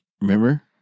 Remember